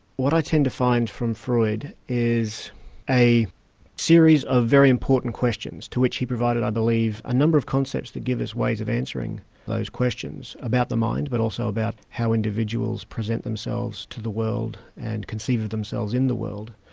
what i tend to find from freud is a series of very important questions to which he provided i believe, a number of concepts that give us ways of answering those questions, about the mind, but also about how individuals present themselves to the world and conceive of themselves in the world,